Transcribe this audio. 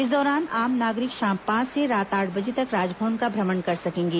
इस दौरान आम नागरिक शाम पांच से रात आठ बजे तक राजभवन का भ्रमण कर सकेंगे